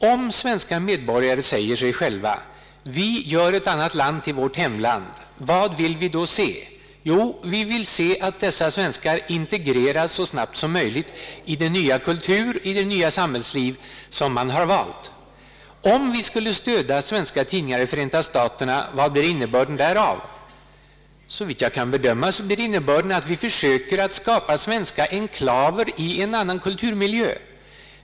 Om svenska medborgare säger till sig själva: »Vi gör ett annat land till vårt hemland», vad vill vi då se? Jo, vi vill se att dessa svenskar så snabbt som möjligt integreras i den nya kultur och i det nya samhällsliv som de har valt. Vad blir innebörden av att stödja svenska tidningar i Förenta staterna? Såvitt jag kan bedöma, blir innebörden att vi försöker skapa svenska enklaver i en annan kulturmiljö.